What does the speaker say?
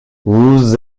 vous